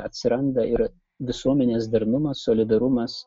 atsiranda ir visuomenės darnumas solidarumas